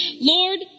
Lord